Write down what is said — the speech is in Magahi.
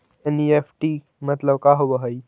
एन.ई.एफ.टी मतलब का होब हई?